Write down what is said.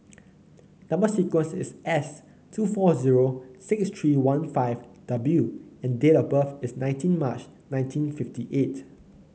number sequence is S two four zero six three one five W and date of birth is nineteen March nineteen fifty eight